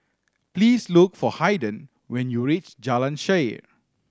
please look for Haiden when you reach Jalan Shaer